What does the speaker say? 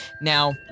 Now